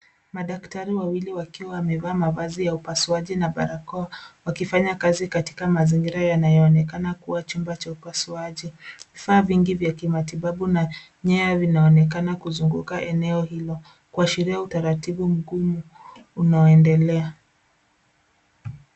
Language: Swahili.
Madaktari wawili wakiwa wamevaa mavazj ya upasuaji na barakoa. Wakifanya kazi katika mazingira yanayo onekana kuwa chumba cha upasuaji vifaa vingi vya kimatibabu na nyaya zinaonekana kuzunguka eneo hilo, kuashiria utaratibu mgumu unaoendelea.